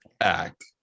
act